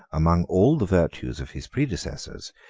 among all the virtues of his predecessors,